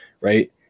right